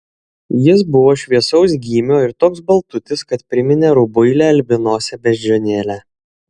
jis buvo šviesaus gymio ir toks baltutis kad priminė rubuilę albinosę beždžionėlę